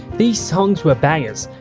these songs were bangers.